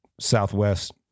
Southwest